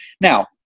Now